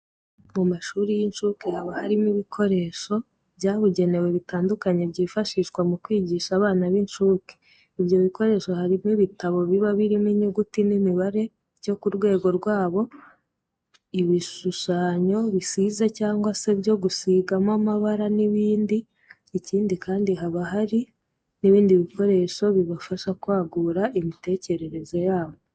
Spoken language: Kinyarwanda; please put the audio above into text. Mu mashuri y'incuke haba harimo ibikoresho byabugenewe bitandukanye byifashishwa mu kwigisha abana b'incuke. Ibyo bikoresho harimo ibitabo biba birimo inyuguti n'imibare byo ku rwego rwabo, ibishushanyo bisize cyangwa se byo gusigamo amabara n'ibindi. Ikindi kandi, haba hari n'ibindi bikinisho bibafasha kwagura imitekerereze yabo.